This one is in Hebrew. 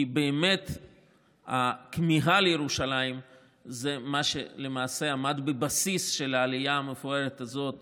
כי באמת הכמיהה לירושלים זה מה שלמעשה עמד בבסיס של העלייה המפוארת הזאת